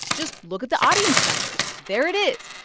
just look at the audience numbers. there it is.